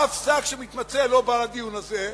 אף שר שמתמצא לא בא לדיון הזה.